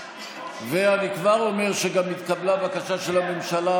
ואני כבר אומר שגם התקבלה בקשה של הממשלה